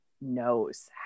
knows